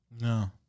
No